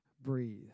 breathe